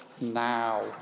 now